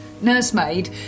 nursemaid